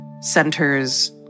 centers